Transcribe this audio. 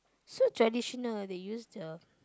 so traditional lah they use the